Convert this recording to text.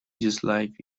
disliked